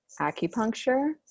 acupuncture